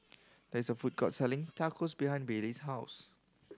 there is a food court selling Tacos behind Bailey's house